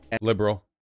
liberal